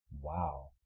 Wow